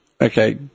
Okay